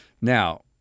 now